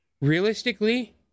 realistically